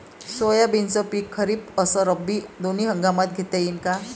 सोयाबीनचं पिक खरीप अस रब्बी दोनी हंगामात घेता येईन का?